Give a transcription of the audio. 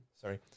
sorry